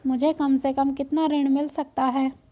मुझे कम से कम कितना ऋण मिल सकता है?